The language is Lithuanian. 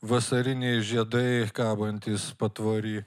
vasariniai žiedai kabantys patvory